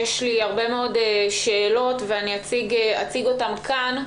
יש לי הרבה מאוד שאלות ואציג אותן כאן,